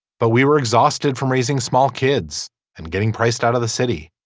but we were exhausted from raising small kids and getting priced out of the city.